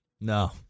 No